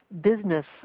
business